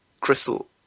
Crystal